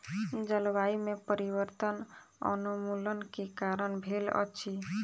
जलवायु में परिवर्तन वनोन्मूलन के कारण भेल अछि